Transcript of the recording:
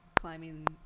climbing